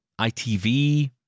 ITV